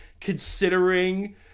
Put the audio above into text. considering